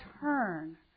turn